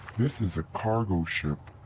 this is a cargo ship,